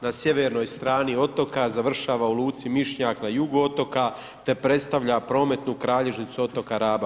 Na sjevernoj strani otoka završava u luci Mišnjak na jugu otoka te predstavlja prometnu kralježnicu otoka Raba.